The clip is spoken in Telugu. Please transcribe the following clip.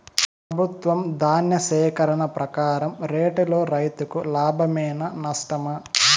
ప్రభుత్వం ధాన్య సేకరణ ప్రకారం రేటులో రైతుకు లాభమేనా నష్టమా?